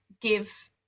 give